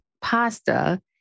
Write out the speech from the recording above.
pasta